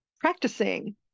practicing